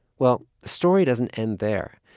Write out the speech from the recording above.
well, the story doesn't end there.